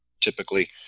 typically